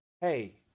Hey